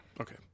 Okay